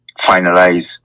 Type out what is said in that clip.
finalize